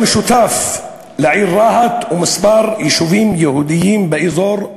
המשותף לעיר רהט ולכמה יישובים יהודיים באזור,